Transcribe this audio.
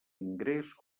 ingrés